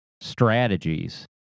strategies